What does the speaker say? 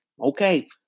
Okay